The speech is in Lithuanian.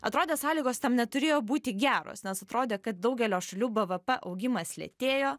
atrodė sąlygos tam neturėjo būti geros nes atrodė kad daugelio šalių bvp augimas lėtėjo